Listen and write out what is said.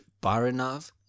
Baranov